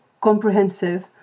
comprehensive